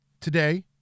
today